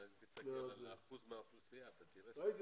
אבל אם תסתכל על האחוז מהאוכלוסייה אתה תראה --- ראיתי,